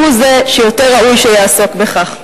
שהוא זה שיותר ראוי שיעסוק בכך.